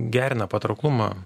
gerina patrauklumą